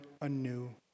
anew